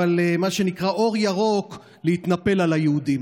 אבל מה שנקרא אור ירוק להתנפל על היהודים.